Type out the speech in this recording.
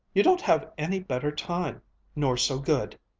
you don't have any better time nor so good!